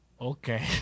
okay